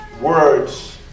words